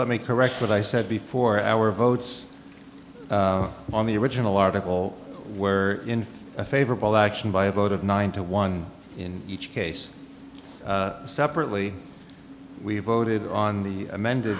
let me correct what i said before our votes on the original article were in a favorable action by a vote of ninety one in each case separately we voted on the amended